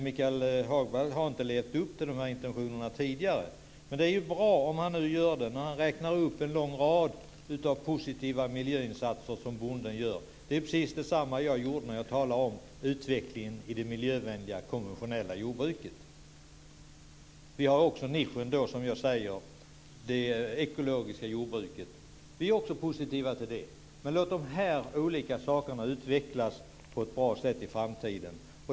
Michael Hagberg har inte levt upp till de här intentionerna tidigare, men det är bra om han nu gör det när han räknar upp en lång rad positiva miljöinsatser som bonden gör. Det var precis detsamma jag gjorde när jag talade om utvecklingen i det miljövänliga konventionella jordbruket. Vi har också, som jag säger, nischen det ekologiska jordbruket. Vi är också positiva till det. Låt de här olika sakerna utvecklas på ett bra sätt i framtiden.